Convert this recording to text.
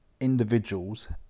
individuals